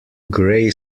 grey